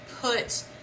put